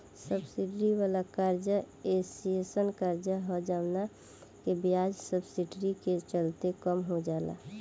subsidy वाला कर्जा एयीसन कर्जा ह जवना के ब्याज सब्सिडी के चलते कम हो जाला